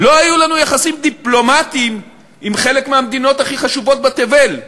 לא היו לנו יחסים דיפלומטיים עם חלק מהמדינות הכי חשובות בתבל,